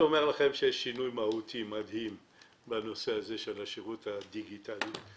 שיש שינוי מהותי מדהים בנושא הזה של השירות הדיגיטלי.